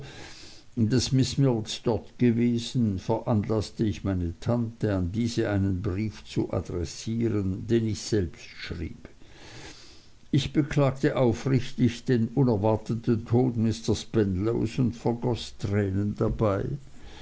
daß miß mills dort gewesen veranlaßte ich meine tante an diese einen brief zu adressieren den ich selbst schrieb ich beklagte aufrichtig den unerwarteten tod mr spenlows und vergoß tränen dabei